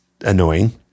annoying